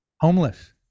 homeless